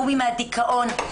קומי מהדיכאון,